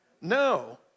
No